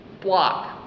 block